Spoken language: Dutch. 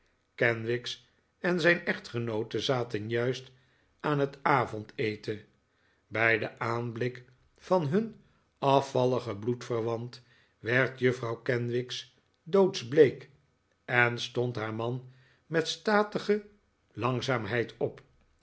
kenwigs en zijn echtgenoote zaten juist aan het avondeten bij den aanblik van hun afvalligen bloedverwant werd juffrouw kenwigs doodsbleek en stond haar man met statige langzaamheid op